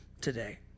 today